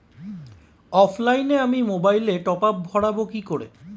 অফলাইনে আমি মোবাইলে টপআপ ভরাবো কি করে?